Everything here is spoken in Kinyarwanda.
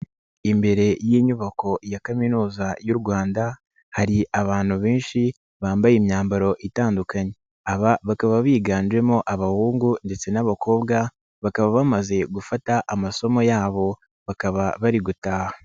Imbere y'inyubako ya Kaminuza y'u Rwanda hari abantu benshi bambaye imyambaro itandukanye, aba bakaba biganjemo abahungu ndetse n'abakobwa bakaba bamaze gufata amasomo yabo bakaba bari gutaha.